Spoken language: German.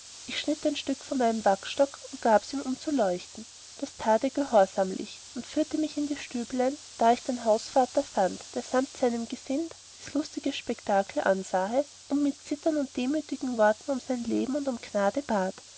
ich schnitt ein stück von meinem wachsstock und gabs ihm mir zu leuchten das tät er gehorsamlich und führete mich in ein stüblein da ich den hausvatter fand der samt seinem gesind dies lustige spektakul ansahe und mit zittern und demütigen worten umb sein leben und um gnade bat